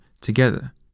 together